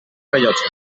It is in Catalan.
rellotge